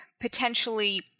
potentially